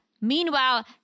Meanwhile